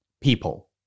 people